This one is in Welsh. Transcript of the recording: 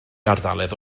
ardaloedd